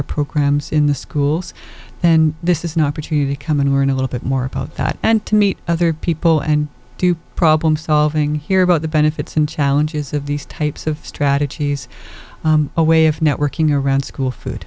programs in the schools and this is an opportunity come and learn a little bit more about that and to meet other people and do problem solving here about the benefits and challenges of these types of strategies a way of networking around school food